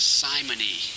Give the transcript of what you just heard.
simony